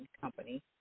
company